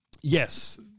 Yes